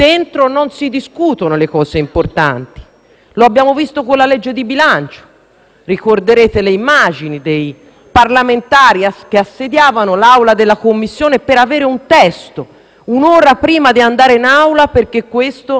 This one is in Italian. ricorderete le immagini dei parlamentari che assediavano l'aula della Commissione per avere un testo un'ora prima di andare in Assemblea, perché non era stato possibile averlo prima. Perché, quindi,